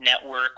network